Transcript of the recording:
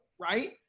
right